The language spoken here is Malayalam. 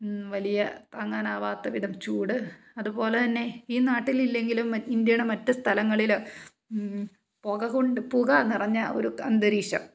വലിയ താങ്ങനാവാത്ത വിധം ചൂട് അതുപോലെതന്നെ ഈ നാട്ടിലില്ലെങ്കിലും ഇന്ത്യയുടെ മറ്റു സ്ഥലങ്ങളിൽ പുകകൊണ്ട് പുക നിറഞ്ഞ ഒരു അന്തരീക്ഷം